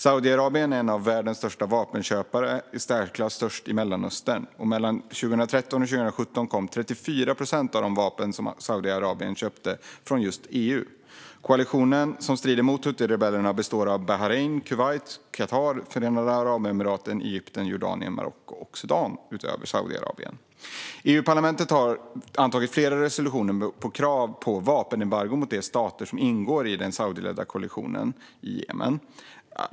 Saudiarabien är en av världens största vapenköpare, i särklass störst i Mellanöstern. Mellan 2013 och 2017 kom 34 procent av de vapen Saudiarabien köpte från just EU. Koalitionen som strider mot huthirebellerna består också av Bahrain, Kuwait, Qatar, Förenade Arabemiraten, Egypten, Jordanien, Marocko och Sudan, utöver Saudiarabien. EU-parlamentet har antagit flera resolutioner med krav på vapenembargon mot de stater som ingår i den saudiskledda koalitionen i Jemen.